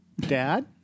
Dad